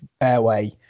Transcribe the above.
fairway